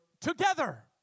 together